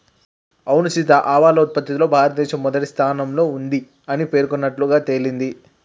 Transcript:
అవును సీత ఆవాల ఉత్పత్తిలో భారతదేశం మొదటి స్థానంలో ఉంది అని పేర్కొన్నట్లుగా తెలింది